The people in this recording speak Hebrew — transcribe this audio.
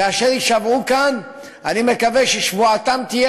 כאשר יישבעו כאן אני מקווה ששבועתם תהיה